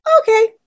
okay